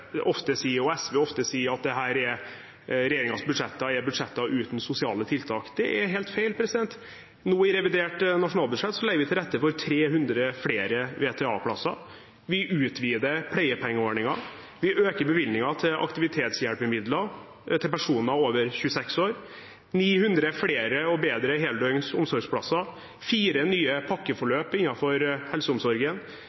ofte sier, at regjeringens budsjetter er budsjetter uten sosiale tiltak. Det er helt feil. Nå i revidert nasjonalbudsjett legger vi til rette for 300 flere VTA-plasser, vi utvider pleiepengeordningen, vi øker bevilgningen til aktivitetshjelpemidler til personer over 26 år, 900 flere og bedre heldøgns omsorgsplasser, fire nye